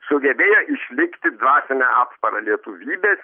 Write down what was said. sugebėjo išlikti dvasine atspara lietuvybės